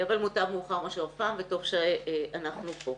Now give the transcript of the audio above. אבל מוטב מאוחר מאשר אף פעם וטוב שאנחנו פה.